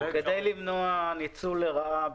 כדי למנוע ניצול לרעה.